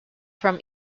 from